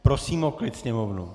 Prosím o klid sněmovnu.